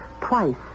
twice